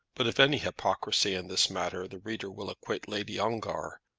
but of any hypocrisy in this matter the reader will acquit lady ongar,